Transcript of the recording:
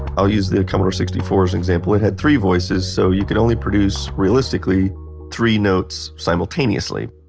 i'll use the commodore sixty four as an example. it had three voices so you can only produce realistically three notes simultaneously.